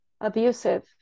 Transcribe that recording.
abusive